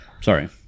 Sorry